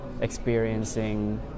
experiencing